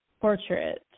Portrait